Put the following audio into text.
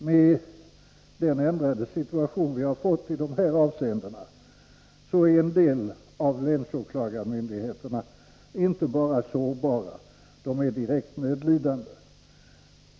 Med den ändrade situation vi har fått i dessa avseenden är en del av länsåklagarmyndigheterna inte bara sårbara, utan direkt nödlidande.